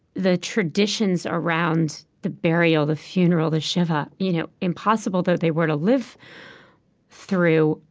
the traditions around the burial, the funeral, the shiva, you know impossible though they were to live through,